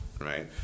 right